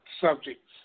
subjects